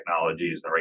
technologies